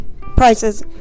prices